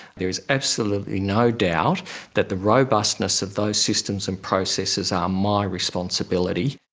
there is absolutely no doubt that the robustness of those systems and processes are my responsibility.